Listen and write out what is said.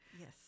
Yes